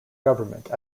government